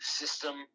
system